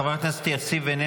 חברת הכנסת יאסין,